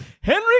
Henry